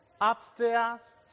upstairs